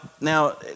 now